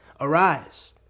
arise